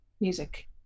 music